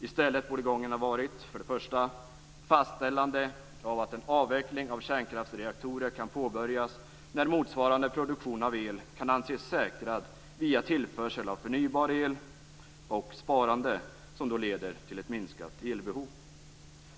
I stället borde gången ha varit för det första ett fastställande av att en avveckling av kärnkraftsreaktorer kan påbörjas när motsvarande produktion av el kan anses säkrad via tillförsel av förnybar el och sparande, som leder till ett minskat elbehov.